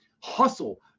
hustle